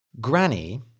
Granny